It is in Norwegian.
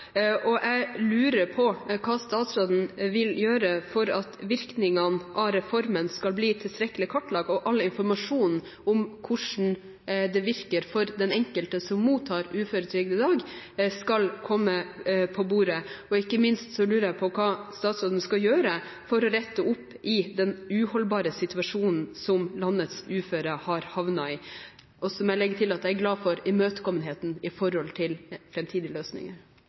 Jeg lurer på hva statsråden vil gjøre for at virkningene av reformen skal bli tilstrekkelig kartlagt og for at all informasjon om hvordan det virker for den enkelte som mottar uføretrygd i dag, skal komme på bordet. Ikke minst lurer jeg på hva statsråden skal gjøre for å rette opp i den uholdbare situasjonen som landets uføre har havnet i. Jeg vil legge til at jeg er glad for imøtekommenheten når det gjelder framtidige løsninger.